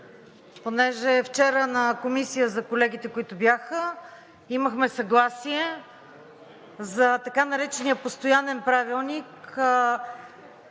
Понеже вчера на Комисия – за колегите, които бяха, имахме съгласие за така наречения постоянен правилник,